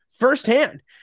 firsthand